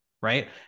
right